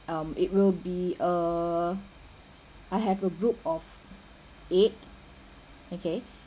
um it will be err I have a group of eight okay